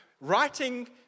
writing